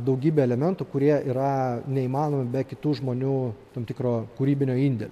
daugybę elementų kurie yra neįmanomi be kitų žmonių tam tikro kūrybinio indėlio